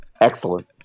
Excellent